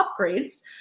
upgrades